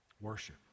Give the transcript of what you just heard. Worship